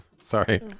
Sorry